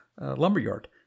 lumberyard